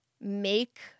Make